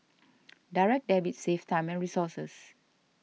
direct debit saves time and resources